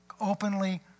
openly